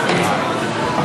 ההצבעה?